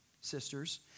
sisters